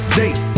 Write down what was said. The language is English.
date